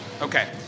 Okay